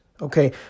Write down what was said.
Okay